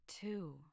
two